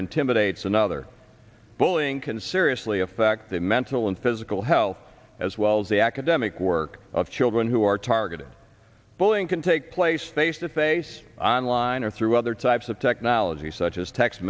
intimidates another bullying can seriously affect their mental and physical health as well as the academic work of children who are targeted bowling can take place they used to face on line or through other types of technology such as text